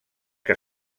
que